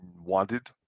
wanted